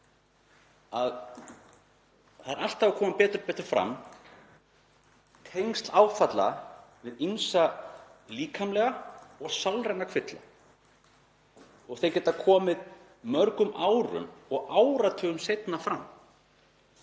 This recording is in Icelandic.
að það eru alltaf að koma betur og betur fram tengsl áfalla við ýmsa líkamlega og sálræna kvilla. Þeir geta komið mörgum árum og áratugum seinna fram.